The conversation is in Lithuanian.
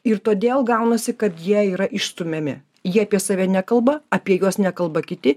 ir todėl gaunasi kad jie yra išstumiami jie apie save nekalba apie juos nekalba kiti